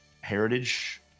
heritage